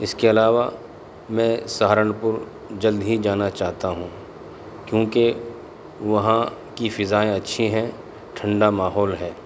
اس کے علاوہ میں سہارنپور جلد ہی جانا چاہتا ہوں کیونکہ وہاں کی فضائیں اچھی ہیں ٹھنڈا ماحول ہے